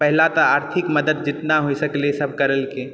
पहिला तऽ आर्थिक मदद जेतना होइ सकलै सब करलखिन